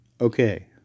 Okay